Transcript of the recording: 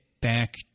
back